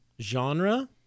genre